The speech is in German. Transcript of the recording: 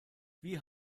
wie